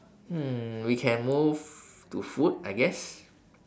hmm we can move to food I guess